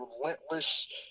relentless